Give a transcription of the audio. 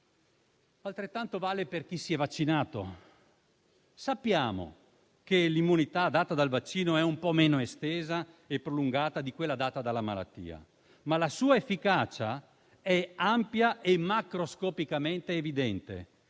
Altrettanto vale per chi si è vaccinato. Sappiamo che l'immunità data dal vaccino è un po' meno estesa e prolungata di quella data dalla malattia, ma la sua efficacia è ampia e macroscopicamente evidente.